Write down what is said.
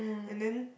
and then